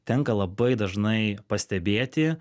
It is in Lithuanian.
tenka labai dažnai pastebėti